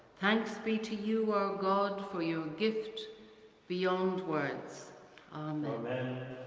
thanks be to you our god for your gift beyond words amen. amen.